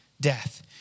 death